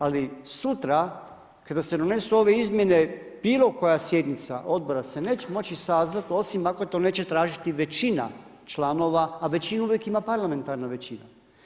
Ali sutra kada se donesu ove izmjene bilo koja sjednica odbora se neće moći sazvati, osim ako to neće tražiti većina članova, a većinu uvijek ima parlamentarna većina.